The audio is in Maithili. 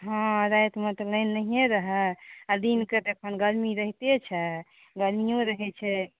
हँ रातिमे तऽ लाइन नहिये रहै आ दिन कऽ तऽ एखन गर्मी रहिते छै गर्मीयो रहैत छै